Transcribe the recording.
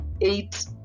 eight